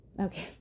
Okay